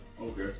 Okay